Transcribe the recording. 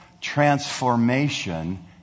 transformation